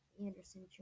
Anderson